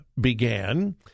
began